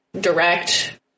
direct